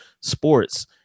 sports